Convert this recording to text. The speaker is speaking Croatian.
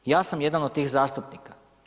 Ja sam jedan od tih zastupnika.